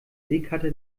seekarte